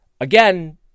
Again